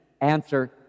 answer